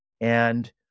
And-